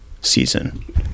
season